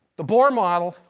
the bohr model,